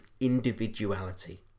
individuality